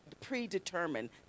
predetermined